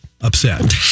upset